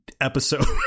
episode